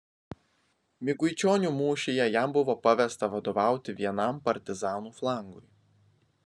miguičionių mūšyje jam buvo pavesta vadovauti vienam partizanų flangui